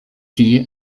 tie